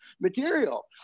material